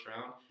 round